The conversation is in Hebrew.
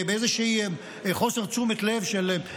באיזשהו חוסר תשומת לב של,